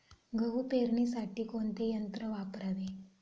गहू पेरणीसाठी कोणते यंत्र वापरावे?